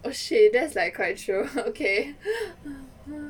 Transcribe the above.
oh shit that's like quite true okay